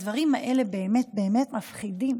הדברים האלה באמת באמת מפחידים,